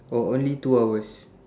or only two hours